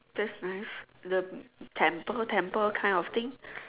that's nice the temple temple kind of thing